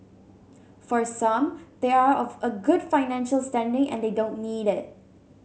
for some they are of a good financial standing and they don't need it